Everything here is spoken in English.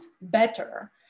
better